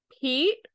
pete